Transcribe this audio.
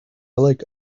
like